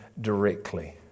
directly